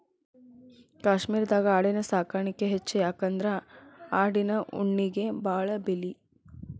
ಕಾಶ್ಮೇರದಾಗ ಆಡಿನ ಸಾಕಾಣಿಕೆ ಹೆಚ್ಚ ಯಾಕಂದ್ರ ಆಡಿನ ಉಣ್ಣಿಗೆ ಬಾಳ ಬೆಲಿ